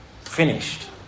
finished